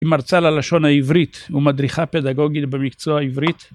היא מרצה ללשון העברית ומדריכה פדגוגית במקצוע העברית.